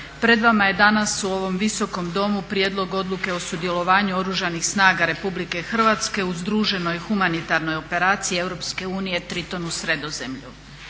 Pred vama je danas u ovom Visokom domu Prijedlog odluke o sudjelovanju Oružanih snaga Republike Hrvatske u združenoj humanitarnoj Operaciji Europske unije "Triton" u Sredozemlju.